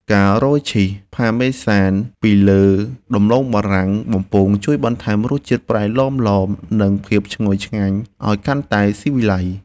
ការរោយឈីសផាមេសានពីលើដំឡូងបារាំងបំពងជួយបន្ថែមរសជាតិប្រៃឡមៗនិងភាពឈ្ងុយឆ្ងាញ់ឱ្យកាន់តែស៊ីវិល័យ។